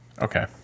Okay